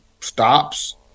stops